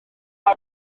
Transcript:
ddal